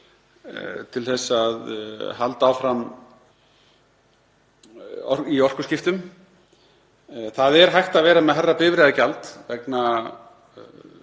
til að halda áfram í orkuskiptum. Það er hægt að vera með hærra bifreiðagjald vegna